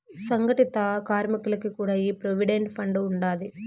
సంగటిత కార్మికులకి కూడా ఈ ప్రోవిడెంట్ ఫండ్ ఉండాది